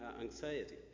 anxiety